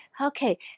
okay